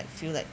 I feel like